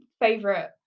favorite